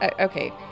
okay